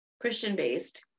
Christian-based